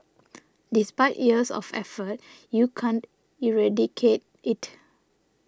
despite years of effort you can't eradicate it